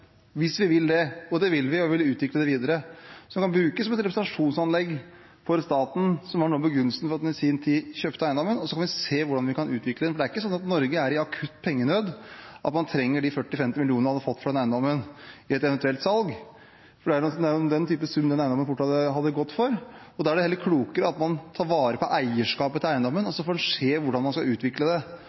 hvis vi vil det – og det vil vi, vi vil utvikle det videre – og som kan brukes som et representasjonsanlegg for staten, som var noe av begrunnelsen for at en i sin tid kjøpte eiendommen, og så kan vi se hvordan vi kan utvikle den. Det er ikke sånn at Norge er i akutt pengenød, at man trenger de 40–50 millionene en hadde fått for den eiendommen i et eventuelt salg – det er den type sum den eiendommen fort hadde gått for. Da er det klokere at en tar vare på eierskapet til eiendommen, og så får en se hvordan en skal utvikle det